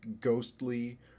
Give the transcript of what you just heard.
ghostly